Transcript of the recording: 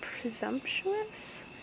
presumptuous